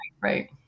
right